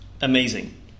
Amazing